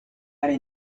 aree